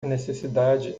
necessidade